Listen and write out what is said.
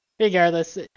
Regardless